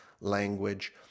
language